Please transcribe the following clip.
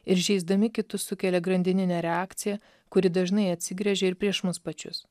ir žeisdami kitus sukelia grandininę reakciją kuri dažnai atsigręžia ir prieš mus pačius